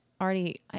already